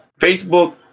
Facebook